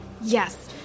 yes